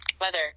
Weather